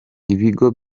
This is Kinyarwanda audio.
ibigo